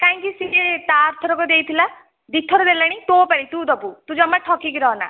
କାଇଁକି ସିଏ ତା ଆରଥରକ ଦେଇଥିଲା ଦି ଥର ଦେଲାଣି ତୋ ପାଳି ତୁ ଦେବୁ ତୁ ଜମା ଠକିକି ରହନା